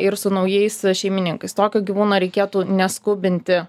ir su naujais šeimininkais tokio gyvūno reikėtų neskubinti